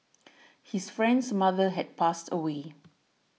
his friend's mother had passed away